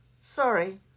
Sorry